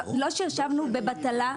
ישבנו בבטלה.